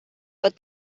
but